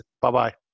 Bye-bye